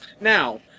Now